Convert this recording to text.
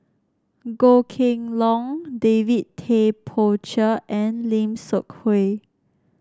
Goh Kheng Long David Tay Poey Cher and Lim Seok Hui